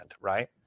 right